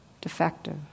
defective